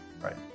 right